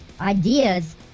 ideas